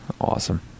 Awesome